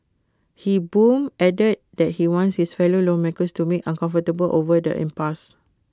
he boomed adding that he wants his fellow lawmakers to make uncomfortable over the impasse